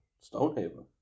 Stonehaven